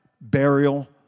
burial